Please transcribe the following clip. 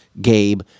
Gabe